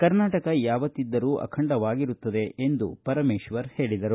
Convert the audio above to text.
ಕರ್ನಾಟಕ ಯಾವತ್ತಿದ್ದರೂ ಅಖಂಡವಾಗಿರುತ್ತದೆ ಎಂದು ಅವರು ಹೇಳಿದರು